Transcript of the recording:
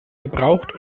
gebraucht